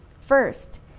First